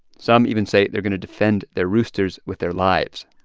some even say they're going to defend their roosters with their lives